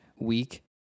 week